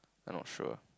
I not sure